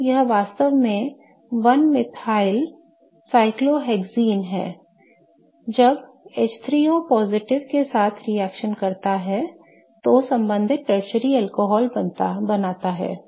तो यह वास्तव में 1 मिथाइलसाइक्लोहेक्सिन है जब H3O के साथ रिएक्शन करता है तो संबंधित टर्शरी अल्कोहल बनाता है